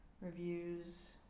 reviews